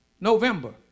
November